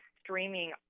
streaming